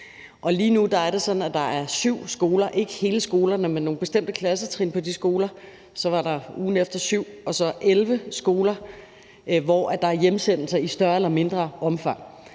at der er syv skoler – ikke hele skoler, men nogle bestemte klassetrin på de skoler; så var der ugen efter 7 og så 11 skoler – hvor der er hjemsendelser i større eller mindre omfang.